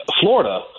Florida